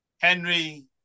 henry